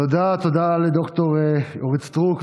תודה, תודה לד"ר אורית סטרוק.